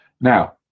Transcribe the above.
Now